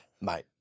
Mate